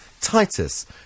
Titus